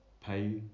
pay